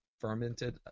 fermented